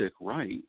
right